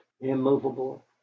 immovable